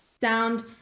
sound